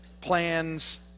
plans